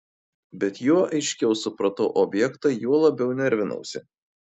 bet juo aiškiau supratau objektą juo labiau nervinausi